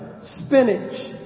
Spinach